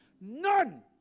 none